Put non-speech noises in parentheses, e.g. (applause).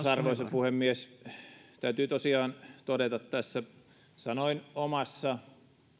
(unintelligible) arvoisa puhemies täytyy tosiaan todeta tässä että sanoin omassa